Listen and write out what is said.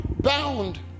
bound